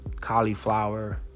cauliflower